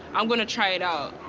i'm going to try it out.